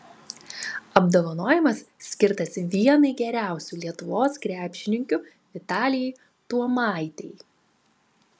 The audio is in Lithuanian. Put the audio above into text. apdovanojimas skirtas vienai geriausių lietuvos krepšininkių vitalijai tuomaitei